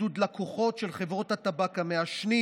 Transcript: ועידוד לקוחות של חברות הטבק המעשנים